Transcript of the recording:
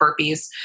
burpees